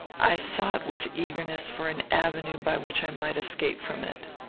i sought with eagerness for an avenue by which i might escape from it.